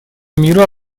мира